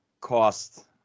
cost